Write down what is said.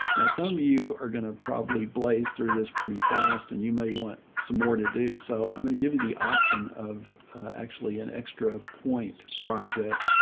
now, some of you are going to probably blaze through this pretty fast and you may want some more to do. so i'm going to give you the option of actually an extra point project